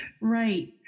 Right